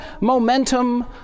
momentum